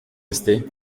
rester